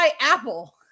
Apple